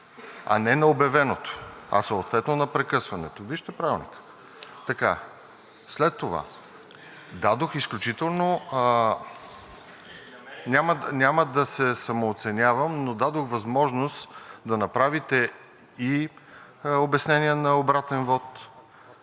не на обявеното, а „съответно на прекъсването“. Вижте Правилника. След това, дадох изключително... (Реплики.) Няма да се самооценявам, но дадох възможност да направите и обяснение на обратен вот,